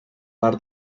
bar